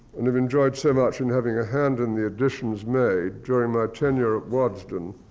and have enjoyed so much in having a hand in the additions made during my tenure at waddesdon,